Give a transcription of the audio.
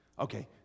okay